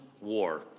war